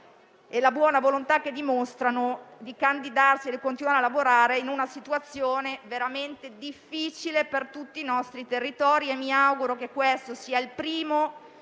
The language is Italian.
e la buona volontà che dimostrano nel candidarsi e continuare a lavorare in una situazione veramente difficile per tutti i nostri territori. Mi auguro dunque che quello